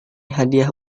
hadiah